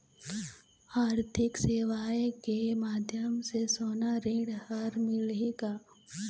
आरथिक सेवाएँ के माध्यम से सोना ऋण हर मिलही का?